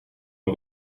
een